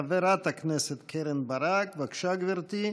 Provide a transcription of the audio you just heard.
חברת הכנסת קרן ברק, בבקשה, גברתי,